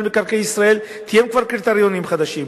מקרקעי ישראל הוא תיאם כבר קריטריונים חדשים.